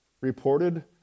Reported